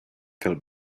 felt